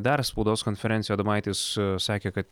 dar spaudos konferencijoj adomaitis sakė kad